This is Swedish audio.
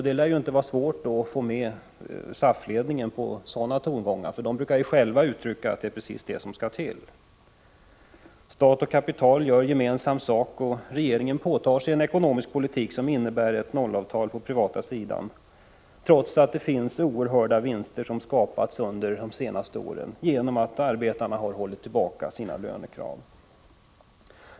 Det lär inte vara svårt att få med SAF-ledningen på sådana tongångar, för den brukar själv uttrycka att det är precis det som behövs. Stat och kapital gör gemensam sak, och regeringen påtar sig en ekonomisk politik som innebär ett nollavtal på den privata sidan, trots att det finns oerhörda vinster som skapats under de senaste åren genom att arbetarna har hållit tillbaka sina lönekrav.